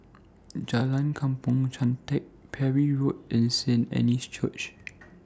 Jalan Kampong Chantek Parry Road and Saint Anne's Church